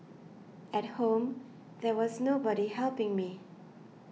at home there was nobody helping me